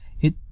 It